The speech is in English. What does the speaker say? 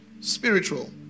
spiritual